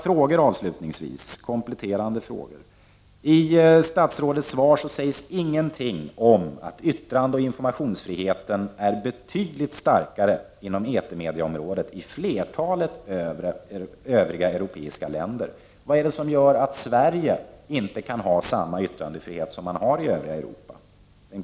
Så några kompletterande frågor. I statsrådets svar sägs det ingenting om att yttrandeoch informationsfriheten är betydligt starkare inom etermediaområdet i flertalet övriga europeiska länder. För det första vill jag då ställa följande kompletterande fråga: Vad är det som gör att Sverige inte kan ha samma yttrandefrihet som övriga Europa har?